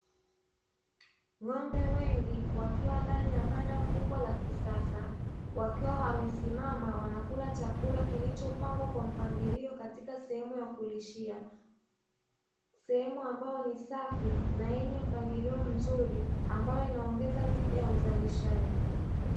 Ng'ombe wengi wakiwa ndani ya banda kubwa la kisasa, wakiwa wamesimama wanakula chakula kilichopangwa kwa mpangilio katika sehemu ya kulishia, sehemu ambayo ni safi na yenye mpangilio mzuri ambayo inaongeza tija ya uzalishaji.